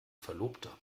verlobter